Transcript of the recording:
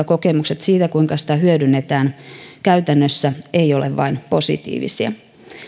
kokemukset siitä kuinka sitä hyödynnetään käytännössä eivät ole vain positiivisia